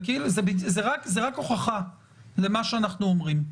זו רק הוכחה למה שאנחנו אומרים.